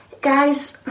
Guys